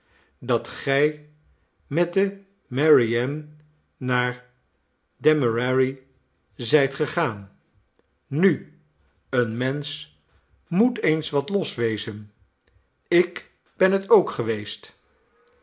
dat gij met de mary anne naar demerary zijt gegaan nu een mensch moet eens wat los wezen ik ben het ook geweest